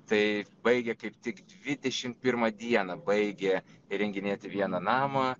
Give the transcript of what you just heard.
tai baigė kaip tik dvidešimt pirmą dieną baigė įrenginėti vieną namą